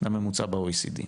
לממוצע במדד ה-OECD.